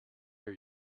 hear